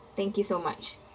thank you so much